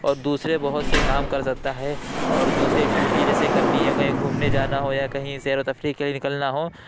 اور دوسرے بہت سے کام کر سکتا ہے اور دوسرے ایکٹیویٹی جیسے کرنی ہو یا کہیں گھومنے جانا ہو یا کہیں سیر و تفریح کے لیے نکلنا ہو